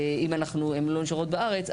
אם הן לא נשארות בארץ,